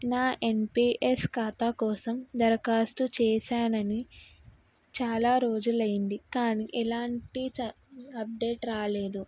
నా ఎన్పీఎస్ ఖాతా కోసం దరఖాస్తు చేశానని చాలా రోజులైంది కానీ ఎలాంటి అప్డేట్ రాలేదు